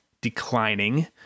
declining